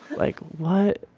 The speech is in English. like, what?